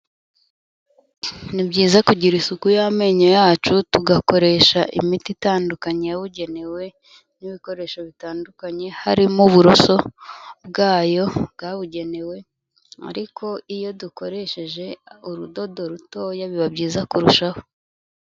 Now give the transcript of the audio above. Ni byiza kugira isuku y'amenyo yacu tugakoresha imiti itandukanye yabugenewe n'ibikoresho bitandukanye, harimo uburoso bwayo bwabugenewe ariko iyo dukoresheje urudodo rutoya biba byiza kurushaho.